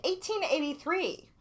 1883